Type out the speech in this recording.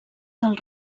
del